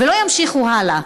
ולא ימשיכו הלאה.